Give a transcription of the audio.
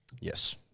Yes